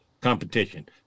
competition